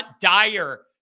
dire